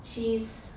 she's